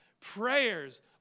Prayers